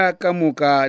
kamuka